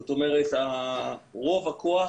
זאת אומרת שרוב הכוח,